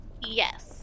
Yes